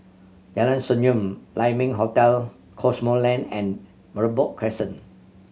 Jalan Senyum Lai Ming Hotel Cosmoland and Merbok Crescent